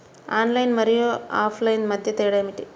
Online మరియు offline మధ్య తేడా ఏమిటీ?